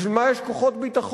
בשביל מה יש כוחות ביטחון?